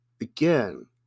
Again